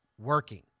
working